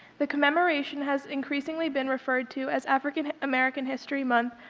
the commemoration has increasingly been referred to as african-american history month,